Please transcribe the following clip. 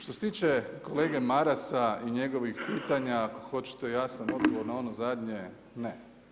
Što se tiče kolege Marasa i njegovih pitanja ako hoćete jasan odgovor na ono jasno, ne.